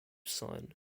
sign